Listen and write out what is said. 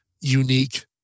unique